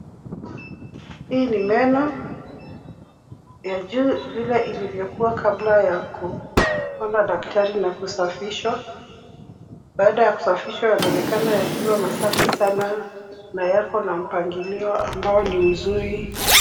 Hii ni meno, ya juu vile ilivyokuwa kabla ya kuona dakatari na kusafishwa. Baada ya kusafishwa yanaonekana yakiwa masafi sana na yako na mpangilio ambao ni mzuri.